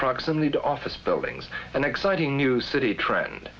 proximity to office buildings and exciting new city trend